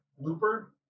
Looper